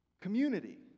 Community